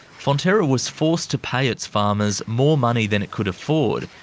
fonterra was forced to pay its farmers more money than it could afford,